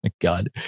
God